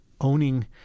owning